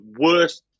worst